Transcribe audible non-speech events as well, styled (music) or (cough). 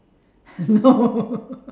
no (laughs)